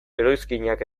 iruzkinak